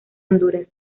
honduras